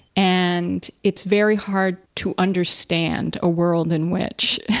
and it's very hard to understand a world in which